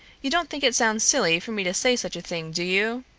you don't think it sounds silly for me to say such a thing, do you?